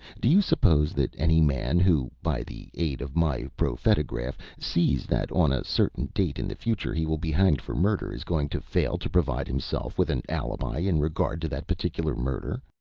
do you suppose that any man who, by the aid of my prophetograph, sees that on a certain date in the future he will be hanged for murder is going to fail to provide himself with an alibi in regard to that particular murder,